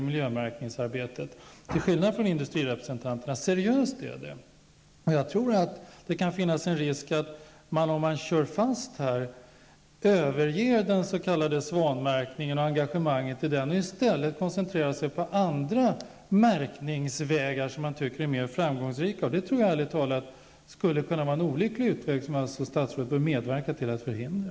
Många är till skillnad från industrirepresentanterna helhjärtat och seriöst engagerade i miljömärkningsarbetet. Det kan finnas en risk för att man kör fast och överger den s.k. svanmärkningen och engagemanget i den och i stället koncentrerar sig på andra märkningsvägar, som man tycker är mera framgångsrika. Det vore ärligt talat en olycklig utveckling, som statsrådet bör medverka till att förhindra.